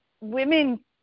women